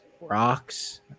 rocks